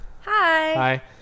Hi